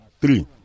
three